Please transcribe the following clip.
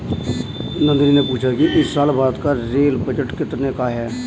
नंदनी ने पूछा कि इस साल भारत का रेल बजट कितने का है?